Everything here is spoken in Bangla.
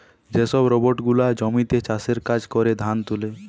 যে সব রোবট গুলা জমিতে চাষের কাজ করে, ধান তুলে